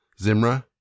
Zimra